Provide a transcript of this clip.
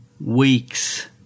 weeks